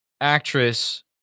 actress